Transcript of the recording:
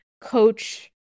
coach